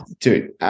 Dude